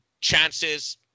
chances